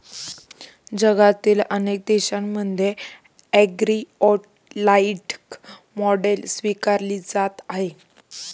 जगातील अनेक देशांमध्ये ॲग्रीव्होल्टाईक मॉडेल स्वीकारली जात आहे